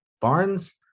barnes